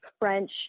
French